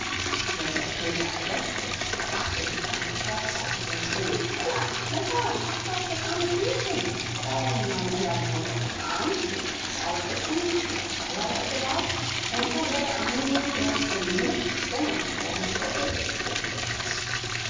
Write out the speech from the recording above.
wenn der köter kläffte erwachte die tante vorzeitig und schrie ella ella achte auf das arme tierchen darum nahm ella den hund auf den arm hielt ihm die schnauze zu bis sie außer hörweite war und so wurde ami der zum glück stumme augenzeuge des stelldicheins